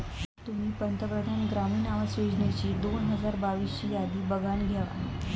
तुम्ही पंतप्रधान ग्रामीण आवास योजनेची दोन हजार बावीस ची यादी बघानं घेवा